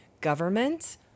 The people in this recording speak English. government